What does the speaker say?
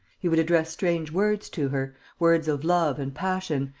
he would address strange words to her, words of love and passion,